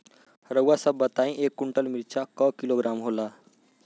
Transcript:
रउआ सभ बताई एक कुन्टल मिर्चा क किलोग्राम होला?